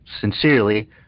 sincerely